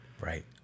Right